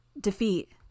defeat